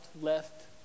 left